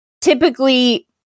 typically